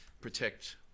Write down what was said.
protect